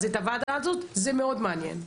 אבל את הוועדה הזאת זה מאוד מעניין.